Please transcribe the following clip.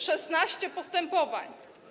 16 postępowań.